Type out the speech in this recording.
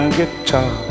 guitar